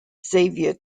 xavier